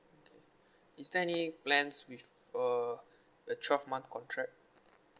is there any plans with uh the twelve month contract